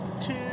Two